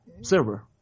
server